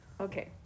okay